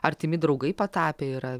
artimi draugai patapę yra